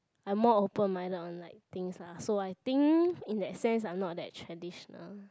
I'm more open minded on like things lah so I think in that sense I'm not that traditional